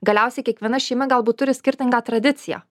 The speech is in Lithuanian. galiausiai kiekviena šeima galbūt turi skirtingą tradiciją